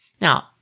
Now